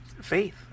faith